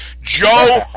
Joe